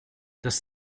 das